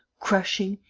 crushing,